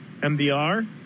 MBR